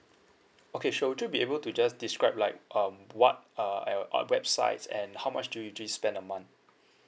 okay sure would you be able to just describe like um what uh uh uh websites and how much do you usually spend a month